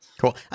Cool